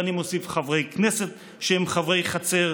ואני מוסיף: חברי כנסת שהם חברי חצר,